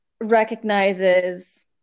recognizes